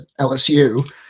LSU